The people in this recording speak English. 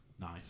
nice